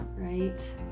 right